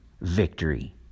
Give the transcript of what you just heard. victory